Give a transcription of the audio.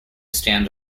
stand